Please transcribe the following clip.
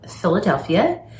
Philadelphia